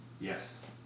Yes